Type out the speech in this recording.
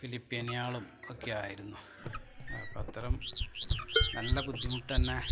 ഫിലിപ്പീനികളും ഒക്കെ ആയിരുന്നു അപ്പോള് അത്തരം നല്ല ബുദ്ധിമുട്ടുതന്നെ